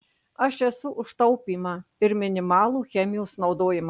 aš esu už taupymą ir minimalų chemijos naudojimą